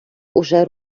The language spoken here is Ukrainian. уже